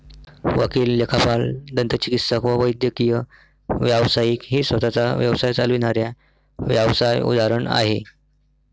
वकील, लेखापाल, दंतचिकित्सक व वैद्यकीय व्यावसायिक ही स्वतः चा व्यवसाय चालविणाऱ्या व्यावसाय उदाहरण आहे